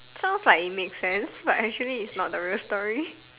sounds like it makes sense but actually its not the real story